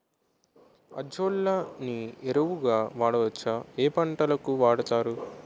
Azolla ని ఎరువు గా వాడొచ్చా? ఏ పంటలకు వాడతారు?